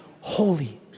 holy